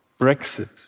Brexit